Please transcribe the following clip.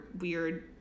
weird